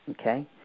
okay